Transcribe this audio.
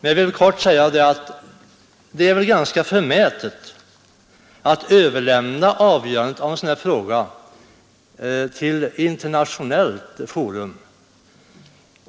Men det är väl ganska förmätet att överlämna avgörandet av en sådan här fråga till ett internationellt forum.